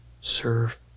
Serve